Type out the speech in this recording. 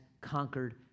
conquered